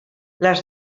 les